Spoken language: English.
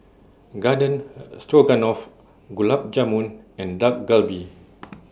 Garden Stroganoff Gulab Jamun and Dak Galbi